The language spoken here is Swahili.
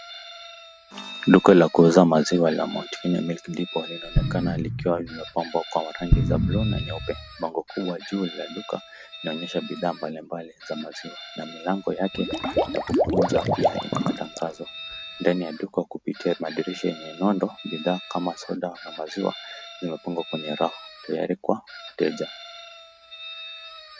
Duka la kuuza maziwa la Mount Kenya Milk Depot linaonekana likiwa limepambwa kwa rangi za blue na nyeupe. Bango kuu la juu ya duka linaonyesha bidhaa bali bali za maziwa na milango yake ya kukuja pia ina matangazo dani ya duka kupitia madirisha nyenye nondo bidhaa kama soda na maziwa zimepangwa kwenye rafu tayari kwa wateja.